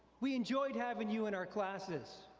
we enjoyed having you in our classes,